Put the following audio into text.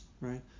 right